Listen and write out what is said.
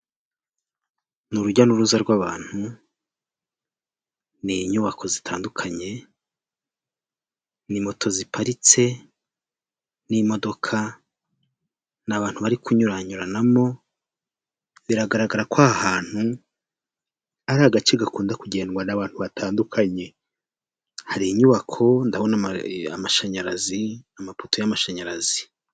Ni urujya n'uruza rw'abantu, n'inyubako zitandukanye, ni moto ziparitse n'imodoka, ni abantu bari kunyuranyuranamo, biragaragara ko aha hantu ari agace gakunda kugendwa n'abantu batandukanye, hari inyubako ndabona amashanyarazi, amapoto y'amashanyarazi.